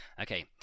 Okay